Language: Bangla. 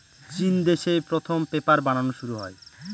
চিন দেশে প্রথম পেপার বানানো শুরু হয়